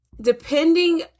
depending